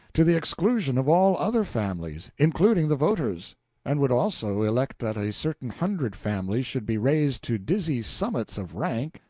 to the exclusion of all other families including the voter's and would also elect that a certain hundred families should be raised to dizzy summits of rank,